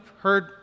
heard